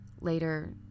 Later